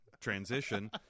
transition